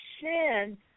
sin